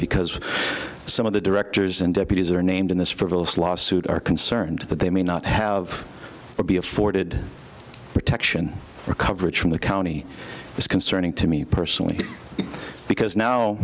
because some of the directors and deputies are named in this lawsuit are concerned that they may not have be afforded protection coverage from the county is concerning to me personally because now